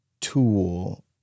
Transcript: tool